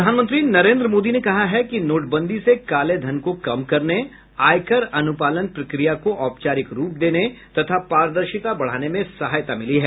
प्रधानमंत्री नरेंद्र मोदी ने कहा है कि नोटबंदी से काले धन को कम करने आयकर अनुपालन प्रक्रिया को औपचारिक रूप देने तथा पारदर्शिता बढाने में सहायता मिली है